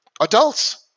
Adults